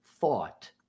thought